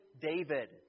David